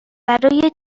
برای